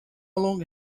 long